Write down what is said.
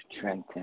Trenton